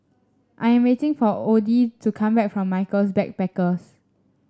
I am waiting for Odie to come back from Michaels Backpackers